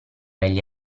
egli